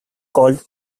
called